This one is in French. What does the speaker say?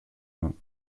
vingts